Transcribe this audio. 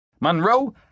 Monroe